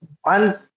one